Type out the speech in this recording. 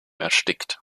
erstickt